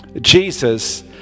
Jesus